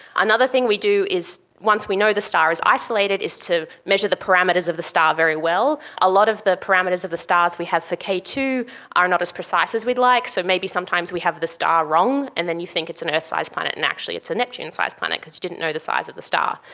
another thing we do is once we know the star is isolated is to measure the parameters of the star very well. a lot of the parameters of the stars we have for k two are not as precise as we'd like, so maybe sometimes we have the star wrong, and then you think it's an earth-size planet and actually it's a neptune-sized planet because you didn't know the size of the star.